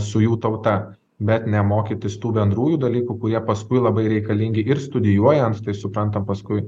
su jų tauta bet ne mokytis tų bendrųjų dalykų kurie paskui labai reikalingi ir studijuojant tai su tam tam paskui